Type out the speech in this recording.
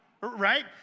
right